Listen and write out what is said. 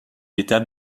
étape